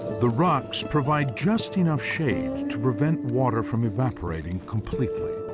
the rocks provide just enough shade to prevent water from evaporating completely.